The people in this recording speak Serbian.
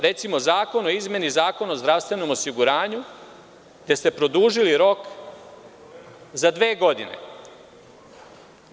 Recimo Zakon o izmeni Zakona o zdravstvenom osiguranju, gde ste produžili rok za dve godine.